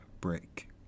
break